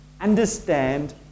understand